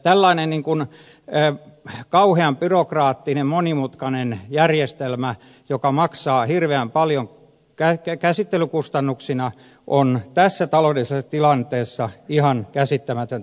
tällainen kauhean byrokraattinen monimutkainen järjestelmä joka maksaa hirveän paljon käsittelykustannuksina on tässä taloudellisessa tilanteessa ihan käsittämätöntä